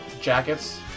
jackets